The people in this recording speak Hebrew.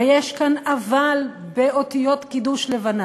ויש כאן אבל באותיות קידוש לבנה,